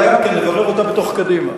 אולי גם כן נברר אותה בתוך קדימה.